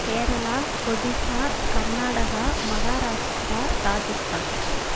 Kerala Odisha Karnataka Maharashtra Rajasthan